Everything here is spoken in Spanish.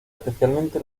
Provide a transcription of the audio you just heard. especialmente